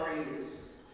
stories